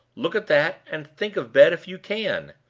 look at that, and think of bed if you can!